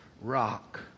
rock